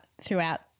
throughout